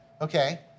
Okay